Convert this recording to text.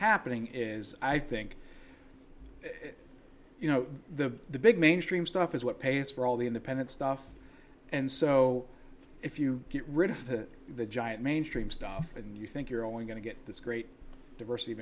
happening is i think you know the big mainstream stuff is what pays for all the independent stuff and so if you get rid of the giant mainstream stuff and you think you're only going to get this great diversity of